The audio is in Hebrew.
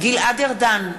גלעד ארדן,